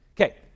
Okay